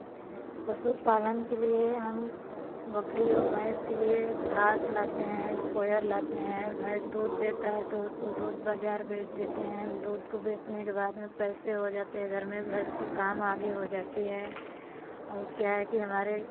पशु पालन के लिए हम बकरी और भैंस के लिए घास लाते हैं कोयर लाते हैं भैंस दूध देता है तो उसको दूध बाज़ार बेच देते हैं दूध को बेचने के बाद में पैसे हो जाते हैं घर में घर के काम आगे हो जाती है और क्या है कि हमारे